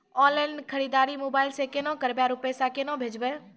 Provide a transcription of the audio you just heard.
Online खरीददारी mobile से केना करबै, आरु पैसा केना भेजबै?